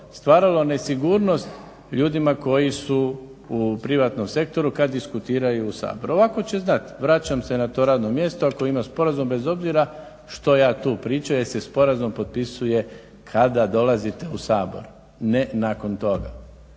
stvaralo nesigurnost ljudima koji su u privatnom sektoru kad diskutiraju u Saboru. Ovako će znati vraćam se na to radno mjesto ako imam sporazum bez obzira što ja tu pričao jer se sporazum potpisuje kada dolazite u Sabor, ne nakon toga.